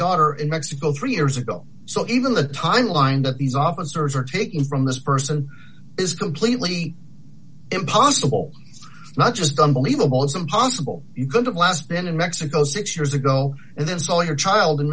daughter in mexico three years ago so even the timeline that these officers are taking from this person is completely impossible not just unbelievable it's impossible you could last been in mexico six years ago and this is all your child in